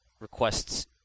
requests